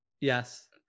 Yes